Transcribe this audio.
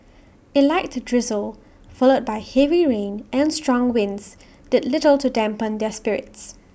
A light drizzle followed by heavy rain and strong winds did little to dampen their spirits